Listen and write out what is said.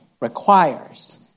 requires